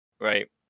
right